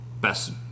Best